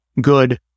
good